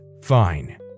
fine